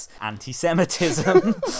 anti-semitism